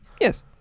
Yes